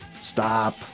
stop